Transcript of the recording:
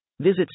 Visit